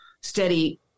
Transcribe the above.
steady